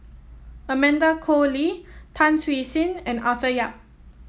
Amanda Koe Lee Tan Siew Sin and Arthur Yap